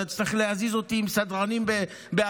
אתה תצטרך להוריד אותי עם סדרנים באלימות.